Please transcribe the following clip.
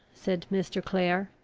said mr. clare,